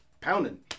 pounding